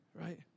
right